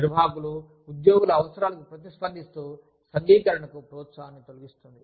నిర్వాహకులు ఉద్యోగుల అవసరాలకు ప్రతిస్పందిస్తూ సంఘీకరణకు ప్రోత్సాహాన్ని తొలగిస్తుంది